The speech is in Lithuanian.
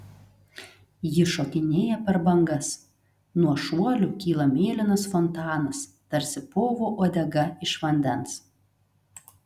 ji šokinėja per bangas nuo šuolių kyla mėlynas fontanas tarsi povo uodega iš vandens